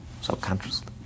subconsciously